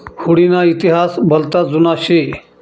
हुडी ना इतिहास भलता जुना शे